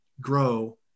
grow